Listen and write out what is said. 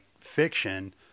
fiction